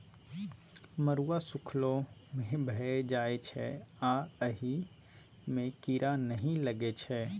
मरुआ सुखलो मे भए जाइ छै आ अहि मे कीरा नहि लगै छै